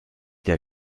der